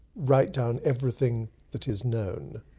write down everything that is known.